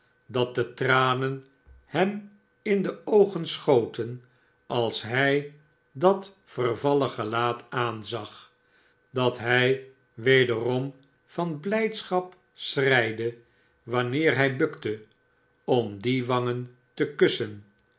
da de tranen hem in de oogen schoten als hij dat vervallen gelaat aan zag dat hij wederom van blijdschap schreide wanneer hij bukte om die wangen te kussen